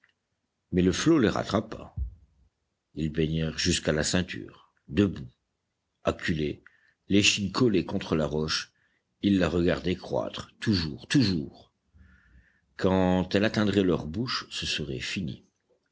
mais le flot les rattrapa ils baignèrent jusqu'à la ceinture debout acculés l'échine collée contre la roche ils la regardaient croître toujours toujours quand elle atteindrait leur bouche ce serait fini